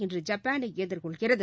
இன்று ஜப்பானைஎதிர்கொள்கிறது